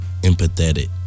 empathetic